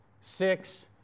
Six